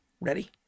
ready